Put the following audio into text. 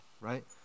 right